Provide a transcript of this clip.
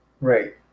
Right